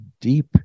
deep